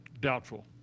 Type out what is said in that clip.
Doubtful